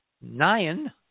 nine